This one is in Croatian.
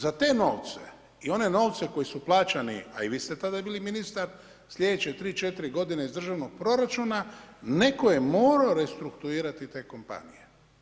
Za te novce i one novce koji su plaćani, a i vi ste tada bili ministar sljedeće tri, četiri godine iz državnog proračuna netko je morao restrukturirati te kompanije.